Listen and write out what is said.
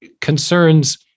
concerns